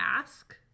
ask